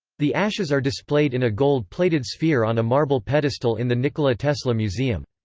the ashes are displayed in a gold-plated sphere on a marble pedestal in the nikola tesla museum.